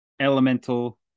elemental